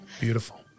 beautiful